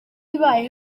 ibaye